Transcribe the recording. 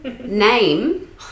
Name